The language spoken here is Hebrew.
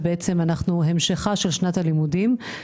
ובעצם אנחנו המשכה של שנת הלימודים,